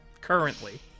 Currently